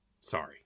sorry